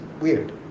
weird